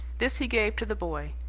this he gave to the boy.